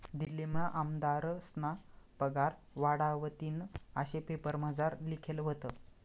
दिल्लीमा आमदारस्ना पगार वाढावतीन आशे पेपरमझार लिखेल व्हतं